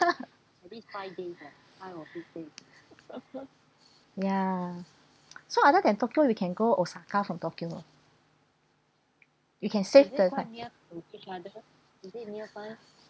ya so other than tokyo you can go osaka from tokyo you can save the fund